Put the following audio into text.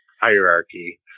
hierarchy